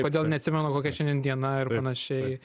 kodėl neatsimenu kokia šiandien diena ir panašiai